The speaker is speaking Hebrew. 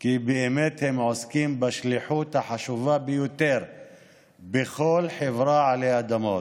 כי באמת הם עוסקים בשליחות החשובה ביותר בכל חברה עלי אדמות,